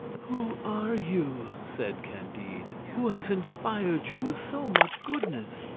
who are you? said candide who has inspired you with so much goodness?